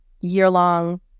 year-long